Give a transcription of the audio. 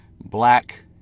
Black